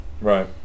Right